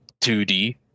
2D